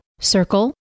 Circle